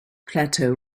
plateau